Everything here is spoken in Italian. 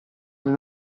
alle